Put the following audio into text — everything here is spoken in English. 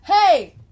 hey